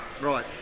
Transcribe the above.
Right